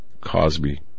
Cosby